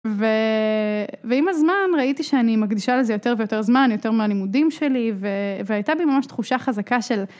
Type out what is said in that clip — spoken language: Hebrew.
ועם הזמן ראיתי שאני מקדישה לזה יותר ויותר זמן, יותר מהלימודים שלי והייתה בי ממש תחושה חזקה של